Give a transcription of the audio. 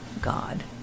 God